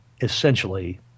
essentially